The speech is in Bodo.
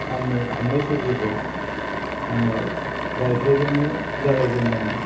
आंनि थुनलाइ सोरजिखौ आङो रायथाइजोंनो जागायजेनदोंमोन